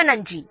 மிக்க நன்றி